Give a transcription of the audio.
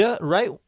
right